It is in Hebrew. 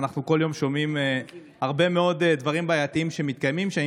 אנחנו כל יום שומעים הרבה מאוד דברים בעייתיים שמתקיימים שם,